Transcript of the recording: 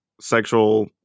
sexual